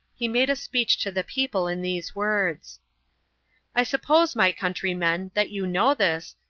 he made a speech to the people in these words i suppose, my countrymen, that you know this,